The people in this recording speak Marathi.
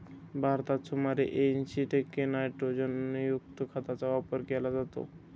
भारतात सुमारे ऐंशी टक्के नायट्रोजनयुक्त खतांचा वापर केला जातो